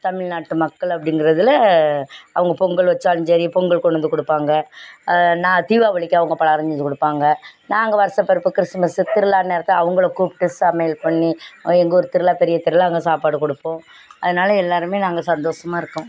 தமிழ்நாட்டு மக்கள் அப்படிங்குறதுல அவங்க பொங்கல் வச்சாலும் சரி பொங்கல் கொண்டு வந்து கொடுப்பாங்க நான் தீபாவளிக்கு அவங்க பலகாரம் செஞ்சு கொடுப்பாங்க நாங்கள் வருஷப்பிறப்பு கிறிஸ்மஸு திருவிழா நேரத்தில் அவங்கள கூப்பிட்டு சமையல் பண்ணி எங்கள் ஊர் திருவிழா பெரிய திருவிழா அங்கே சாப்பாடு கொடுப்போம் அதனால எல்லாருமே நாங்கள் சந்தோஸமாக இருக்கோம்